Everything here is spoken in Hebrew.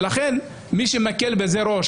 מי שמקל בזה ראש,